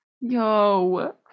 Yo